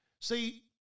See